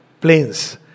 planes